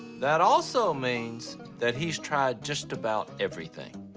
that also means that he's tried just about everything.